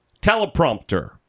Teleprompter